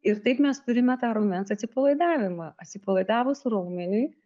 ir taip mes turime tą raumens atsipalaidavimą atsipalaidavus raumeniui